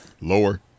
Lower